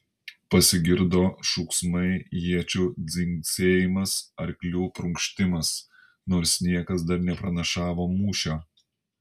pasigirdo šūksmai iečių dzingsėjimas arklių prunkštimas nors niekas dar nepranašavo mūšio